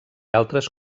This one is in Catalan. altres